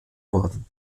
worden